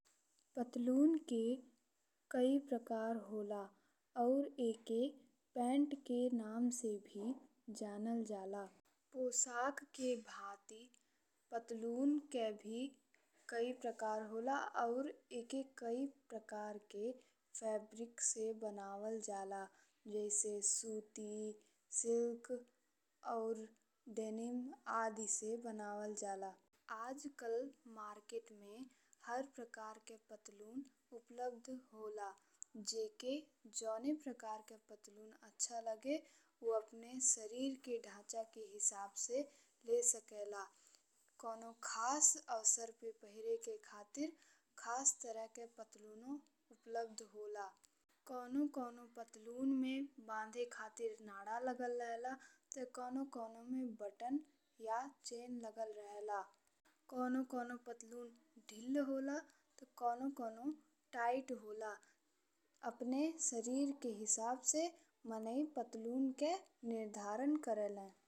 पतलून के कई प्रकार होला अउर एके पैंट के नाम से भी जानल जाला। पोशाक के भाँति पतलून के भी कई प्रकार होला अउर एके कई प्रकार के फैब्रिक से बनावल जाला जैसे सूती सिल्क अउर डेनिम आदी से बनावल जाला। आजकल मार्केट में हर प्रकार के पतलून उपलब्ध होला। जेके जौन प्रकार के पतलून अच्छा लागे ऊ अपने शरीर के ढांचा के हिसाब से ले सकेला। कउनो खास अवसर पे पहिरे के खातिर खास तरह के पतलून उपलब्ध होला। कउनो कउनो पतलून में बाँधें खातिर नाड़ा लागल रहे ला ते कउनो-कउनो में बटन या चैन लागल रहे ला। कउनो कउनो पतलून ढील होला ते कवनो कवनो टाइट होला। अपने शरीर के हिसाब से माने पतलून के निर्धारण करे ला।